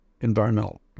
environmental